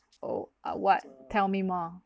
oh ah what tell me more